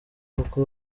kuko